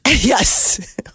Yes